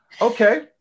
Okay